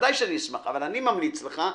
בוודאי אשמח אבל אני ממליץ לך שתמתין.